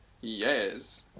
Yes